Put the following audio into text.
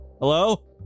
Hello